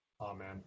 Amen